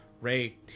Ray